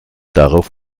darauf